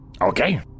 Okay